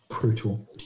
Brutal